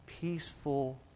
peaceful